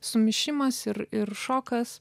sumišimas ir ir šokas